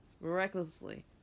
recklessly